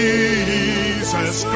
Jesus